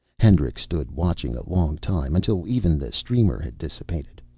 hendricks stood watching a long time, until even the streamer had dissipated.